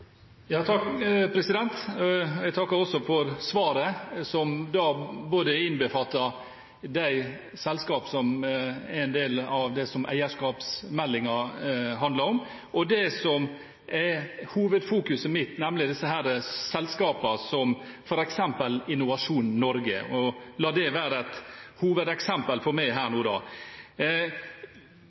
Jeg takker for svaret, som både innbefatter de selskap som er en del av det som eierskapsmeldingen handler om, og det som er hovedfokuset mitt, nemlig selskap som f.eks. Innovasjon Norge. Og la det da være et hovedeksempel for meg. Venstre ønsker å styrke de ordningene som bidrar til teknologiutvikling, og